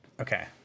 Okay